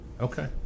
Okay